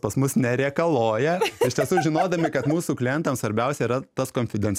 pas mus nerėkaloja iš tiesų žinodami kad mūsų klientams svarbiausia yra tas konfidenc